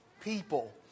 people